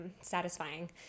satisfying